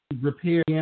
repair